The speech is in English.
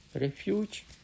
Refuge